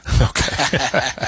Okay